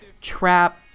trap